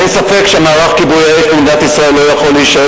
אין ספק שמערך כיבוי האש במדינת ישראל לא יכול להישאר